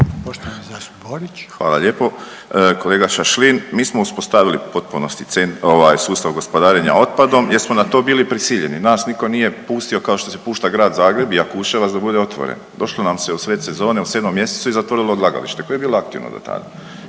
Hvala lijepo. Kolega Šašlin, mi smo uspostavili u potpunosti ovaj sustav gospodarenja otpadom jer smo na to bili prisiljeni. Nas nitko nije pusto kao što se pušta Grad Zagreb Jakuševac da bude otvoren. Došlo nam se u sred sezone u 7. mjesecu i zatvorilo odlagalište koje je bilo aktivno dotada.